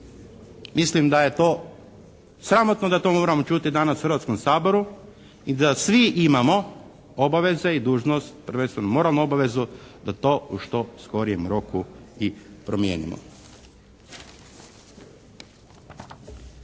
Mislim da je to sramotno da to moramo čuti danas u Hrvatskom saboru i da svi imamo obaveze i dužnost, prvenstveno moralnu obavezu, da to u što skorijem roku i promijenimo.